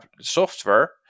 software